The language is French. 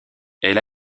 elle